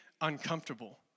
uncomfortable